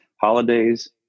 holidays